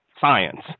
science